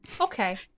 okay